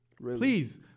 please